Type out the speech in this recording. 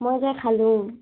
মই এতিয়া খালোঁ